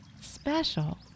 special